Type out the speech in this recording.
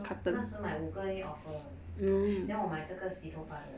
我那时买五个因为 offer then 我买这个洗头发的